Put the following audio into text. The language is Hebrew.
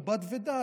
או בד בבד,